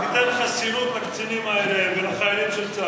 למה אתה לא מגיש הצעת חוק שתיתן חסינות לקצינים האלה ולחיילים של צה"ל,